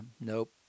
nope